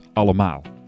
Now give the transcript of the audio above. allemaal